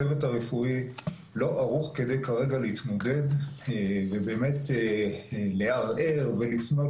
הצוות הרפואי לא ערוך כדי כרגע להתמודד ובאמת לערער ולפנות